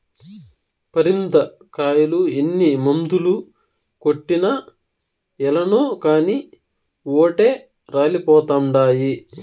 పరింద కాయలు ఎన్ని మందులు కొట్టినా ఏలనో కానీ ఓటే రాలిపోతండాయి